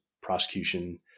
prosecution